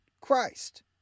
Christ